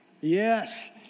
Yes